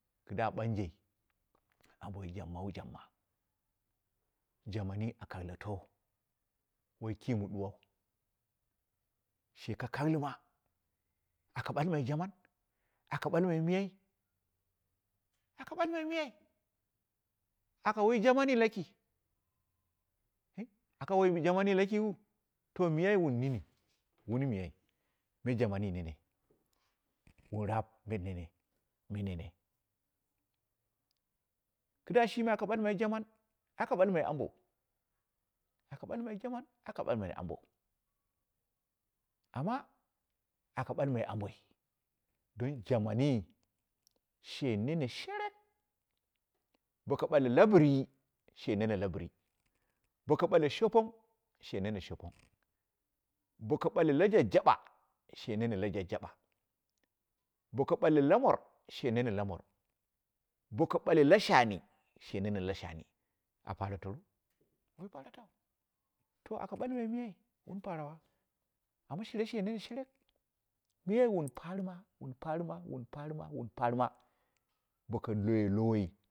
Kida banje amboi jabmawu jaɓma jamanyi a kailato, woi kii ma duwau, she ko kailema, aka balmai jaman, aka balmai me, aka balmai me, aka we jamanyi laki, eh akawe jamanyi lakiu to miyai wun mini wuni miyai, me jamanyi nene, wun raab gɨn nene, me nene kida shini aka balmai jaman aka balmai ambou, aka balmai jamani aka ɓalmai abou, amma aka ɓalmai amboi, don jamanyi she nene sherek, ɓo ka bale labɨri she nene labɨri, bo ka bule shopong she nene shipong bo ka bule la jajjaɓa she nene lajujjabu, bo ka bale kuma sh nene lumor, bo ka bale lu shani, she nene la shani, a pareto ru? Woi paratu, to aka balmai miya wu parawa, amma shire she nana shereki miyai wun parima wuu parɨma, wuu purima wun parima boka iwe lowoi